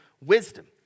wisdom